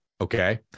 okay